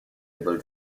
able